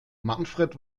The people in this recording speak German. manfred